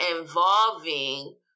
involving